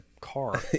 car